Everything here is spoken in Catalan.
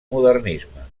modernisme